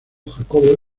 jacobo